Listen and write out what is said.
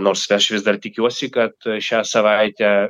nors aš vis dar tikiuosi kad šią savaitę